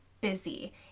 busy